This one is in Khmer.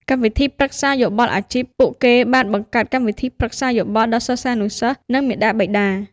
កម្មវិធីប្រឹក្សាយោបល់អាជីព ពួកគេបានបង្កើតកម្មវិធីប្រឹក្សាយោបល់ដល់សិស្សានុសិស្ស និងមាតាបិតា។